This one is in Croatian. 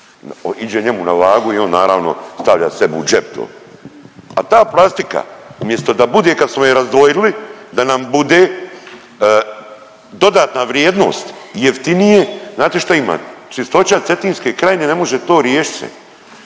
iđe njemu na vagu i on naravno stavlja sebi u džep to. A ta plastika umjesto da bude kad smo je razdvojili da nam bude dodatna vrijednost i jeftinije, znate šta ima, Čistoća cetinske krajine ne može to riješit